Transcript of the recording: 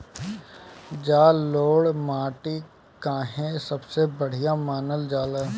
जलोड़ माटी काहे सबसे बढ़िया मानल जाला?